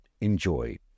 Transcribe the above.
enjoy